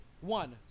one